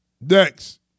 Next